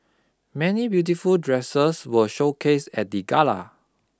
many beautiful dresses were showcased at the gala